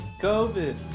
COVID